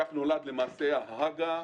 כך נולד, למעשה, כל מערך ההג"א,